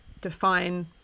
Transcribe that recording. define